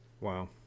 Wow